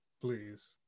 Please